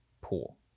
pool